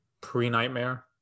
pre-nightmare